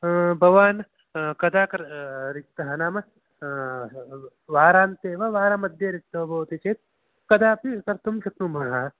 भवान् कदा कर् रिक्तः नाम वारान्ते वा वारमद्ये रिक्तो भवति चेत् कदापि कर्तुं शक्नुमः